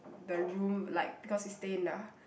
the room like because you stay in the